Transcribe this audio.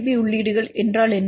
B உள்ளீடுகள் என்றால் என்ன